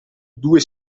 due